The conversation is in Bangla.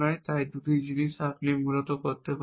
তাই 2টি জিনিস আপনি মূলত করতে পারেন